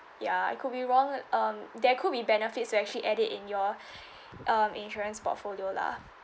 ya I could be wrong um there could be benefits to actually add it in your um insurance portfolio lah